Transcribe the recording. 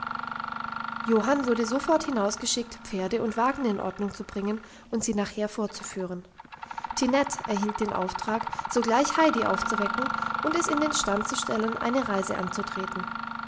johann wurde sofort hingeschickt pferde und wagen in ordnung zu bringen und sie nachher vorzuführen tinette erhielt den auftrag sogleich heidi aufzuwecken und es in den stand zu stellen eine reise anzutreten